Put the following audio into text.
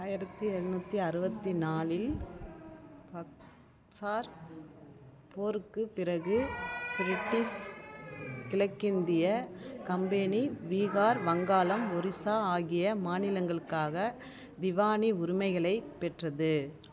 ஆயிரத்தி எழுநூற்றி அறுபத்தி நாலில் பக்ஸார் போருக்குப் பிறகு பிரிட்டிஷ் கிழக்கிந்தியக் கம்பெனி பீகார் வங்காளம் ஒரிசா ஆகிய மாநிலங்களுக்காக திவானி உரிமைகளைப் பெற்றது